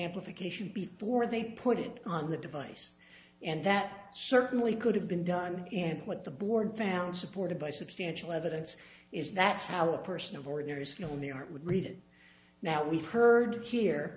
amplification before they put it on the device and that certainly could have been done and what the board found supported by substantial evidence is that's how a person of ordinary skill in the art would read it now we've heard here